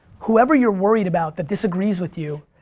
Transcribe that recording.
whoever you're worried about, that disagrees with you,